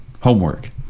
homework